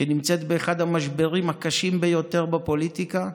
שנמצאת באחד המשברים הקשים ביותר בפוליטיקה,